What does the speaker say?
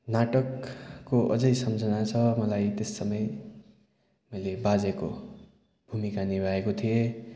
नाटकको अझै सम्झना छ मलाई त्यस समय मैले बाजेको भूमिका निभाएको थिएँ